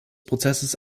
prozesses